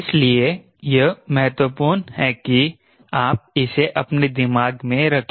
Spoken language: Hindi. इसलिए यह महत्वपूर्ण है कि आप इसे अपने दिमाग में रखें